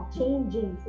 changing